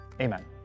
Amen